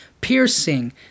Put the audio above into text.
piercing